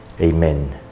Amen